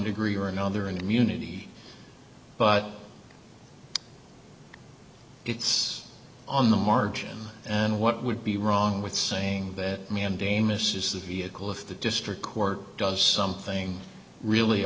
degree or another and immunity but it's on the margin and what would be wrong with saying that mandamus is the vehicle if the district court does something really